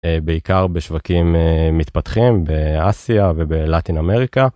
בעיקר בשווקים מתפתחים באסיה ובלטינה אמריקה.